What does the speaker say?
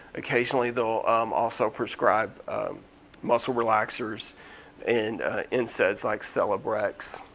occasionally they'll um also prescribe muscle relaxers and and nsaids like celebrex.